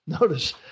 Notice